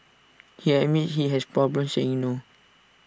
he admits he has problems saying no